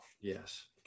yes